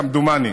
כמדומני,